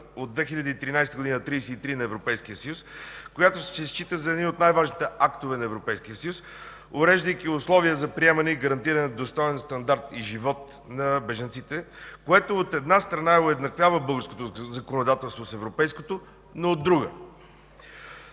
от 2013 г. на Европейския съюз, която се счита за един от най-важните актове на Европейския съюз, уреждайки условия за приемане и гарантиране на достоен стандарт и живот на бежанците, което от една страна уеднаквява българското законодателство с европейското, но от друга,